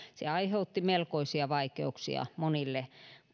se aiheutti melkoisia vaikeuksia monille